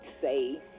say